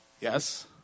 Yes